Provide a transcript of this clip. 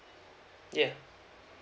yeuh